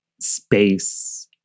space